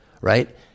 right